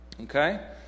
okay